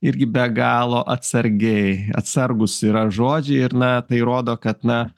irgi be galo atsargiai atsargūs yra žodžiai ir na tai rodo kad na